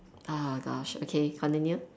oh gosh okay continue